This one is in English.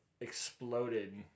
exploded